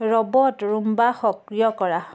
robot Roomba সক্ৰিয় কৰা